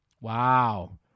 Wow